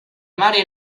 mare